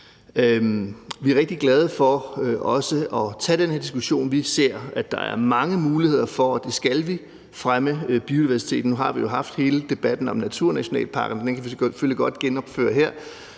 Vi er rigtig glade for at tage den her diskussion. Vi ser, at der er mange muligheder for at fremme biodiversiteten – og det skal vi. Nu har vi jo haft hele debatten om naturnationalparkerne. Den kan vi selvfølgelig godt genoptage her,